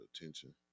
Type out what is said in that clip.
attention